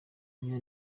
muyo